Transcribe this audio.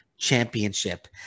Championship